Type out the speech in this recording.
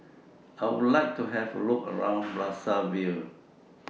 I Would like to Have A Look around Brazzaville